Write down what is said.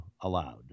aloud